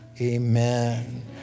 amen